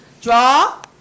Draw